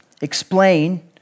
explain